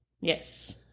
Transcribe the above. Yes